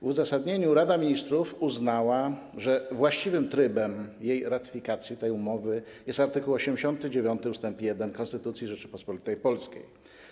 W uzasadnieniu Rada Ministrów uznała, że właściwym trybem ratyfikacji tej umowy jest art. 89 ust. 1 Konstytucji Rzeczypospolitej Polskiej.